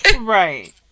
Right